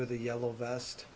with the yellow vest